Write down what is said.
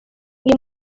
uyu